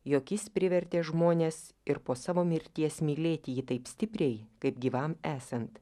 jog jis privertė žmones ir po savo mirties mylėti jį taip stipriai kaip gyvam esant